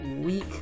week